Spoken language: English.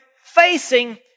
facing